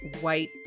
white